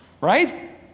right